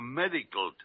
medical